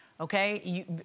okay